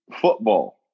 football